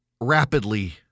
rapidly